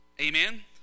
Amen